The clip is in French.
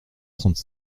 trente